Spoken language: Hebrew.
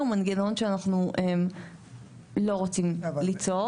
זה מנגנון שאנחנו לא רוצים ליצור.